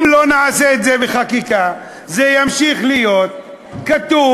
אם לא נעשה את זה בחקיקה זה ימשיך להיות כתוב,